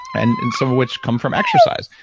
and and some of which come from exercise,